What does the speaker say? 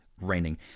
Raining